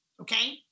okay